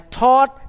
taught